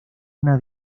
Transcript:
una